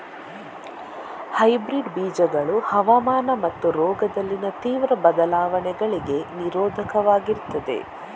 hybrid ಬೀಜಗಳು ಹವಾಮಾನ ಮತ್ತು ರೋಗದಲ್ಲಿನ ತೀವ್ರ ಬದಲಾವಣೆಗಳಿಗೆ ನಿರೋಧಕವಾಗಿರ್ತದೆ